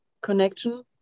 connection